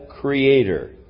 Creator